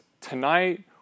tonight